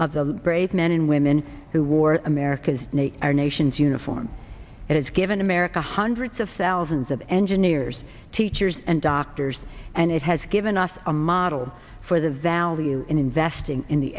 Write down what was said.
of the brave men and women who wore america's name our nation's uniform it has given america hundreds of thousands of engineers teachers and doctors and it has given us a model for the value in investing in the